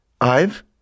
Ive